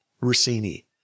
Rossini